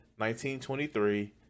1923